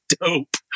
dope